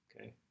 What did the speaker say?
okay